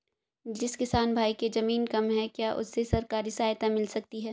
जिस किसान भाई के ज़मीन कम है क्या उसे सरकारी सहायता मिल सकती है?